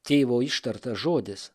tėvo ištartas žodis